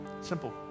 Simple